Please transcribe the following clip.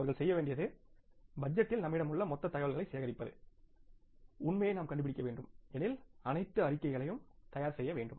அவர்கள் செய்ய வேண்டியது பட்ஜெட்டில் நம்மிடம் உள்ள மொத்த தகவல்களை சேகரிப்பது உண்மையை நாம் கண்டுபிடிக்க வேண்டும் எனில் அனைத்து அறிக்கைகளையும் தயார் செய்யவேண்டும்